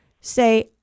say